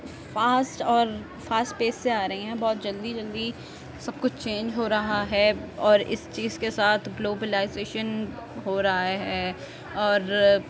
fast اور fast pace سے آ رہی ہیں اور جلدی جلدی سب کچھ چینج ہو رہا ہے اور اس چیز کے ساتھ گلوبلائزیشن ہو رہا ہے اور